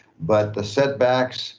but the setbacks